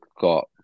got